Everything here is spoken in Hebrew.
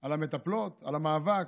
על המטפלות, על המאבק.